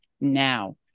now